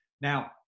Now